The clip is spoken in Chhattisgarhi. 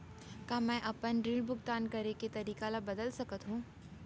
का मैं अपने ऋण भुगतान करे के तारीक ल बदल सकत हो?